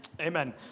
Amen